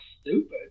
stupid